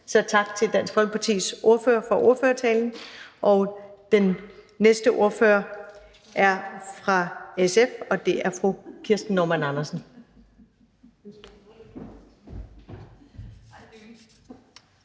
så tak til Dansk Folkepartis ordfører for ordførertalen. Den næste ordfører er fra SF, og det er fru Kirsten Normann Andersen.